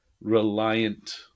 reliant